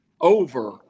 over